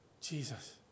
Jesus